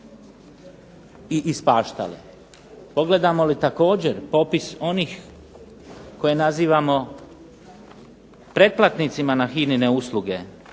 i ispaštale. Pogledamo li također popis onih koje nazivamo pretplatnicima na HINA-ne usluge,